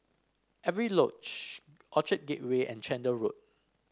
Avery Lodge Orchard Gateway and Chander Road